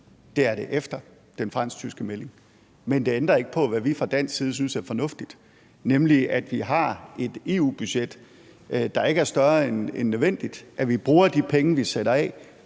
det er det efter den fransk-tyske melding. Men det ændrer ikke på, hvad vi fra dansk side synes er fornuftigt, nemlig at vi har et EU-budget, der ikke er større end nødvendigt, at vi bruger de penge, vi sætter af,